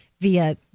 via